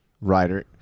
writer